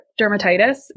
dermatitis